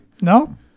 no